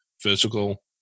physical